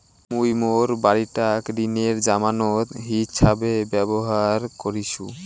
মুই মোর বাড়িটাক ঋণের জামানত হিছাবে ব্যবহার করিসু